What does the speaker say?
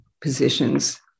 positions